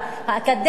האקדמיה,